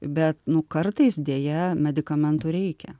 bet nu kartais deja medikamentų reikia